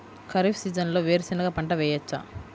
ఖరీఫ్ సీజన్లో వేరు శెనగ పంట వేయచ్చా?